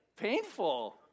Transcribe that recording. Painful